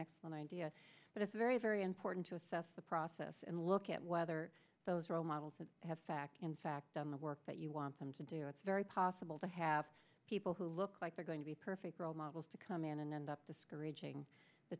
excellent idea but it's very very important to assess the process and look at whether those role models that have fact in fact done the work that you want them to do it's very possible to have people who look like they're going to be perfect role models to come in and end up discouraging the